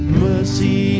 mercy